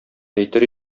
әйтер